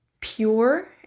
pure